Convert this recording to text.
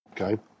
Okay